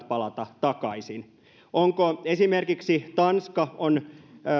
palata takaisin esimerkiksi tanska on